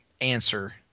answer